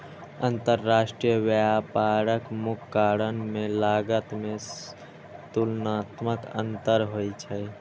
अंतरराष्ट्रीय व्यापारक मुख्य कारण मे लागत मे तुलनात्मक अंतर होइ छै